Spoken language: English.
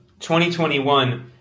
2021